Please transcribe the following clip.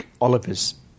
Oliver's